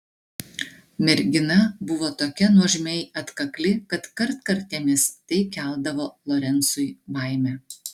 mergina buvo tokia nuožmiai atkakli kad kartkartėmis tai keldavo lorencui baimę